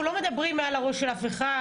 אנחנו לא מדברים מעל הראש של אף אחד.